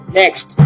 next